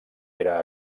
era